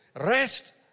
rest